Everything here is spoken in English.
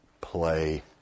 play